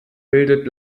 bildet